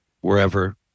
wherever